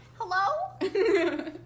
Hello